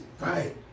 Right